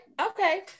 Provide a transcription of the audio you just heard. okay